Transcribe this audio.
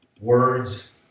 words